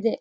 ಇದೆ